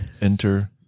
Enter